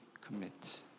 commit